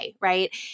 right